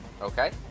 Okay